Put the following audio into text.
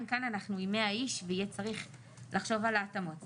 אנחנו כאן עם 100 איש ויהיה צריך לחשוב על התאמות.